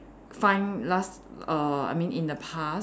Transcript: find last err I mean in the past